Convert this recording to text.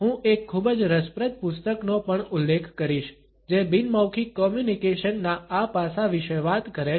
હું એક ખૂબ જ રસપ્રદ પુસ્તકનો પણ ઉલ્લેખ કરીશ જે બિન મૌખિક કોમ્યુનકેશનના આ પાસા વિશે વાત કરે છે